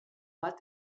bat